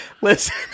Listen